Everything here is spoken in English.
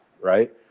right